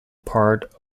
part